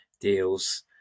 deals